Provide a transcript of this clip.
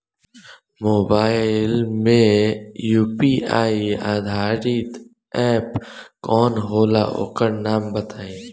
Mobile म UPI आधारित app कौन होला ओकर नाम बताईं?